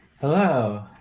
hello